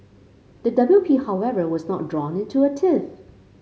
the W P However was not drawn into a tiff